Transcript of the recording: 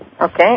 Okay